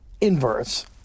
inverse